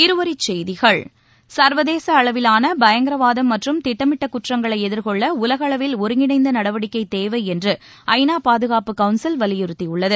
இருவரிச் செய்திகள் சர்வதேச அளவிலான பயங்கரவாதம் மற்றும் திட்டமிட்ட குற்றங்களை எதிர்கொள்ள உலகளவில் ஒருங்கிணைந்த நடவடிக்கை தேவை என்று ஐநா பாதுகாப்பு கவுன்சில் வலியுறுத்தியுள்ளது